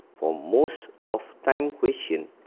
for most of time question,